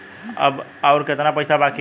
अब अउर कितना पईसा बाकी हव?